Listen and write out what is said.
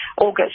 August